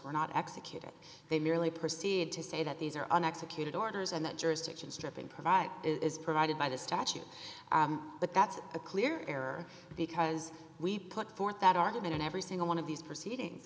were not executed they merely proceed to say that these are an executed orders and that jurisdiction strip and provide is provided by the statute but that's a clear error because we put forth that argument in every single one of these proceedings